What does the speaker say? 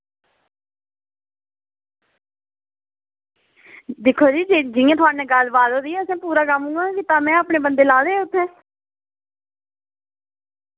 दिक्खो जी जियां थुआढ़े कन्नै गल्लबात होई दी असें पूरा कम्म उ'आं गै कीता में अपने बंदे लाए दे हे उत्थें